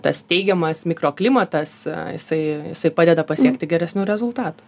tas teigiamas mikroklimatas jisai jisai padeda pasiekti geresnių rezultatų